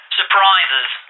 surprises